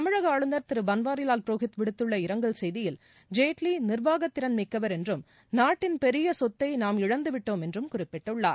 தமிழக ஆளுநர் திரு பன்வாரிலால் புரோஹித் விடுத்துள்ள இரங்கல் செய்தியில் ஜேட்லி நிர்வாகத்திறன் மிக்கவர் என்றும் நாட்டின் பெரிய சொத்தை நாம் இழந்துவிட்டோம் என்றும் குறிப்பிட்டுள்ளார்